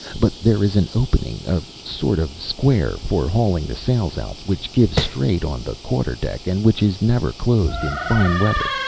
but there is an opening, a sort of square for hauling the sails out, which gives straight on the quarter-deck and which is never closed in fine weather,